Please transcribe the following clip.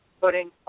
putting